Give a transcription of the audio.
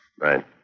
Right